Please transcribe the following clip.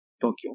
Tokyo